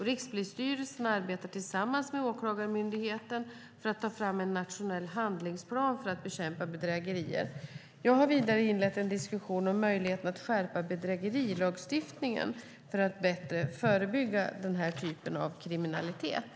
Rikspolisstyrelsen arbetar tillsammans med Åklagarmyndigheten med att ta fram en nationell handlingsplan för att bekämpa bedrägerier. Jag har vidare inlett en diskussion om möjligheten att skärpa bedrägerilagstiftningen för att bättre förebygga den här typen av kriminalitet.